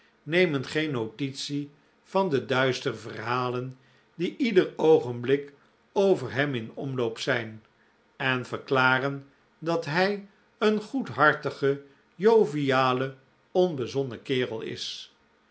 nemen geen notitie van de duistere verhalen die ieder oogenblik over hem in omloop zijn en verklaren dat hij een goedhartige joviale onbezonnen kerel is